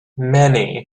many